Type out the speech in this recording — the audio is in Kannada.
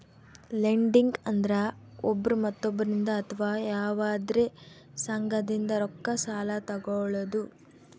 ಲೆಂಡಿಂಗ್ ಅಂದ್ರ ಒಬ್ರ್ ಮತ್ತೊಬ್ಬರಿಂದ್ ಅಥವಾ ಯವಾದ್ರೆ ಸಂಘದಿಂದ್ ರೊಕ್ಕ ಸಾಲಾ ತೊಗಳದು